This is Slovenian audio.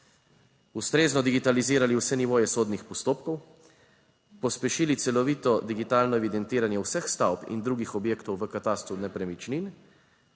Ustrezno digitalizirali vse nivoje sodnih postopkov, pospešili celovito digitalno evidentiranje vseh stavb in drugih objektov v katastru nepremičnin